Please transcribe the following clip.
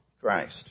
Christ